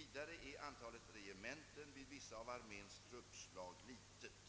Vidare är antalet regementen vid vissa av arméns truppslag litet.